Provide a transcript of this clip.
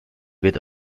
wird